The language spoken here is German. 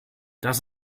das